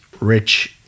rich